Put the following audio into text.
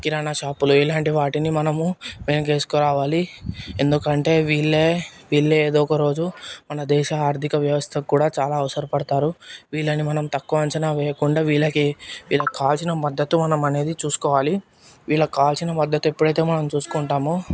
కిరాణా షాపులు ఇలాంటి వాటిని మనం వెనకేసుకు రావాలి ఎందుకంటే వీళ్లే వీళ్లే ఏదో ఒకరోజు మన దేశ ఆర్థిక వ్యవస్థ కూడా చాలా అవసరం పడతారు వీళ్ళని మనం తక్కువ అంచన వేయకుండా వీళ్ళకి వీళ్ళకి కావలసిన మద్దతు అనేది మనం చూసుకోవాలి మీకు కావాల్సిన మద్దతు ఎప్పుడైతే మనం చూసుకుంటామో